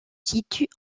situe